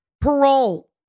parole